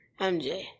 MJ